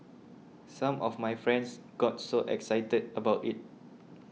some of my friends got so excited about it